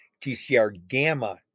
TCR-gamma